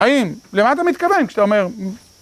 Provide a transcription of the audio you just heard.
‫האם... למה אתה מתכוון כשאתה אומר...